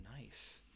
Nice